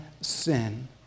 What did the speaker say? sin